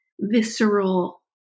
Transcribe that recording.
visceral